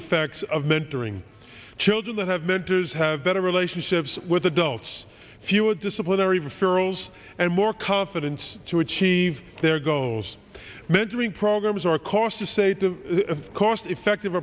effects of mentoring children that have mentors have better relationships with adults if you would disciplinary referrals and more confidence to achieve their goals mentoring programs or course to say the cost effective